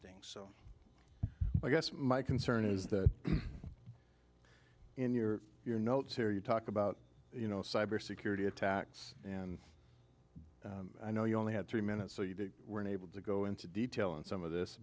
things so i guess my concern is that in your your notes here you talk about you know cyber security attacks and i know you only have three minutes so you were able to go into detail on some of this